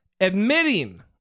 admitting